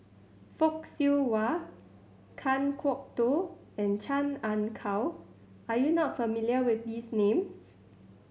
Fock Siew Wah Kan Kwok Toh and Chan Ah Kow are you not familiar with these names